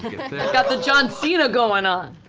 got the john cena going on.